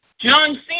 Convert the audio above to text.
John